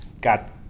Got